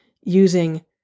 using